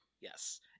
Yes